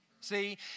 See